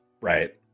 right